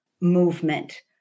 movement